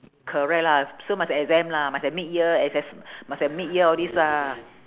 correct lah so must have exam lah must have mid year assess~ must have mid year all this lah